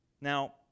Now